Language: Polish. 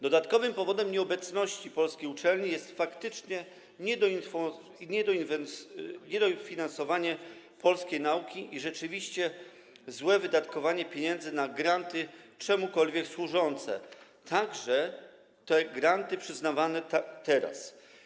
Dodatkowym powodem nieobecności polskich uczelni jest faktycznie niedofinansowanie polskiej nauki i rzeczywiście złe wydatkowanie pieniędzy na granty czemukolwiek służące, także te granty przyznawane teraz.